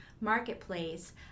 marketplace